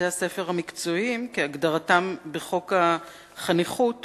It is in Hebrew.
בתי-הספר המקצועיים כהגדרתם בחוק החניכות